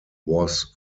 was